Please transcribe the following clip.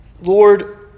Lord